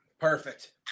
Perfect